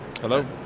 Hello